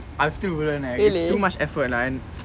I still wouldn't eh it's too much effort lah and